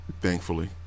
thankfully